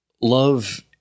love